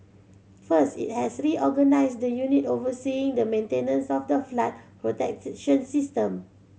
first it has reorganised the unit overseeing the maintenance of the flood system